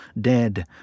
dead